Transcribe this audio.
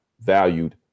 valued